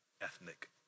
ethnic